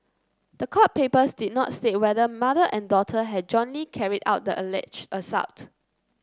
the court papers did not state whether mother and daughter had jointly carried out the alleged assault